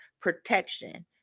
protection